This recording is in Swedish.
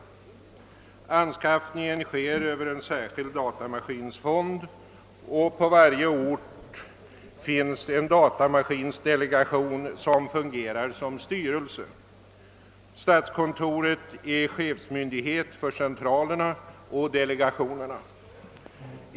Utrustningen anskaffas med medel från en särskild datamaskinfond, och på varje ort finns en datamaskindelegation, som fungerar som styrelse. Statskontoret är chefmyndighet för centralerna och delegationerna.